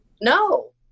No